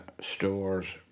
stores